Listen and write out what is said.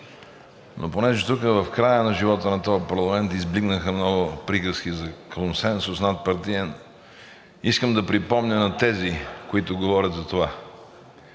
но понеже тук в края на живота на този парламент избликнаха много приказки за надпартиен консенсус, искам да припомня на тези, които говорят за това,